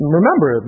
remember